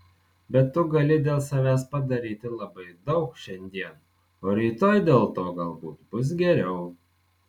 bet tu gali dėl savęs padaryti labai daug šiandien o rytoj dėl to galbūt bus geriau